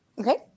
Okay